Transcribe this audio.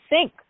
sink